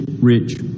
rich